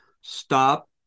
Stop